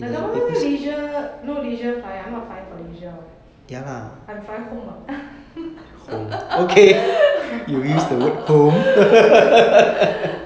the government say leisure no leisure flying I'm not flying for leisure [what] I'm flying home [what]